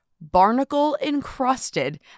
barnacle-encrusted